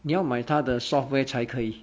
你要买它的 software 才可以